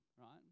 right